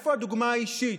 איפה הדוגמה האישית?